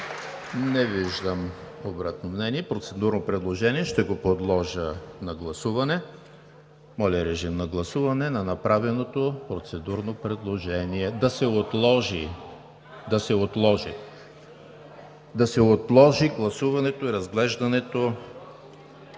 Не виждам обратно мнение. Процедурно предложение – ще го подложа на гласуване. Режим на гласуване на направеното процедурно предложение да се отложи гласуването и разглеждането